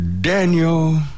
Daniel